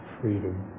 freedom